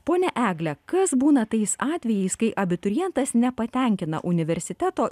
ponia egle kas būna tais atvejais kai abiturientas nepatenkina universiteto